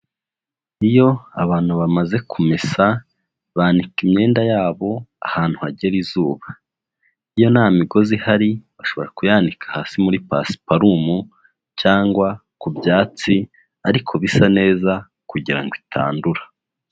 Iyo abantu bamaze kumesa, banika imyenda yabo, ahantu hagera izuba. Iyo nta migozi ihari, bashobora kuyanika hasi muri pasiparumu, cyangwa ku byatsi, ariko bisa neza kugirango itandura.